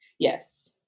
Yes